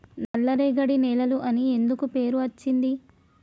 నల్లరేగడి నేలలు అని ఎందుకు పేరు అచ్చింది?